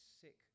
sick